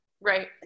Right